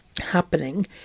happening